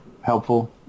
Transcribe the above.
helpful